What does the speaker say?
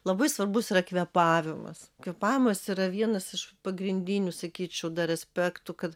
labai svarbus yra kvėpavimas kvėpavimas yra vienas iš pagrindinių sakyčiau dar aspektų kad